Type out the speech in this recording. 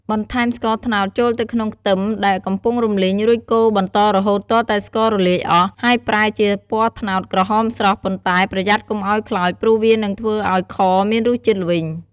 បន្ថែមស្ករត្នោតចូលទៅក្នុងខ្ទឹមដែលកំពុងរំលីង រួចកូរបន្តរហូតទាល់តែស្កររលាយអស់ ហើយប្រែជាពណ៌ត្នោតក្រហមស្រស់ ប៉ុន្តែ ប្រយ័ត្នកុំឱ្យខ្លោច ព្រោះវានឹងធ្វើឱ្យខមានរសជាតិល្វីង។